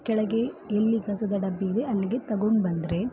ಕೆಳಗೆ ಎಲ್ಲಿ ಕಸದ ಡಬ್ಬಿ ಇದೆ ಅಲ್ಲಿಗೆ ತಗೊಂಡು ಬಂದರೆ